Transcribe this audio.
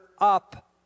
up